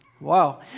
Wow